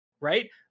right